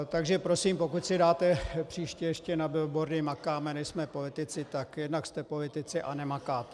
Takže prosím, pokud si dáte příště ještě na billboardy Makáme, nejsme politici tak jednak jste politici a nemakáte.